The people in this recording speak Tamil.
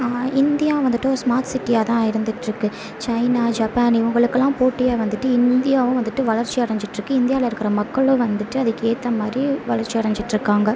இந்தியா வந்துட்டு ஸ்மார்ட் சிட்டியாக தான் இருந்துட்டு இருக்கு சைனா ஜப்பான் இவங்களுக்குலாம் போட்டியாக வந்துவிட்டு இந்தியாவும் வந்துவிட்டு வளர்ச்சியடஞ்சிகிட்டு இருக்கு இந்தியாவில இருக்க மக்களும் வந்துவிட்டு அதுக்கேற்ற மாதிரி வளர்ச்சி அடஞ்சிகிட்டு இருக்காங்க